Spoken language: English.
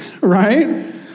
right